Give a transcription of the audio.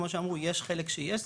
כמו שאמרו יש חלק שיש,